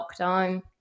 lockdown